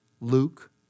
Luke